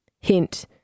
Hint